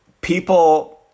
People